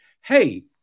Hey